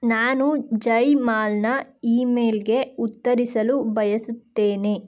ನಾನು ಜೈಮಾಲ್ನ ಇಮೇಲ್ಗೆ ಉತ್ತರಿಸಲು ಬಯಸುತ್ತೇನೆ